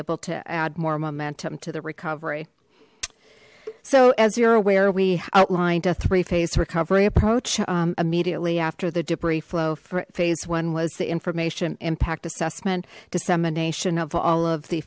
able to add more momentum to the recovery so as you're aware we outlined a three phase recovery approach immediately after the debris flow phase one was the information impact assessment dissemination of all of the